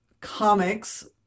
comics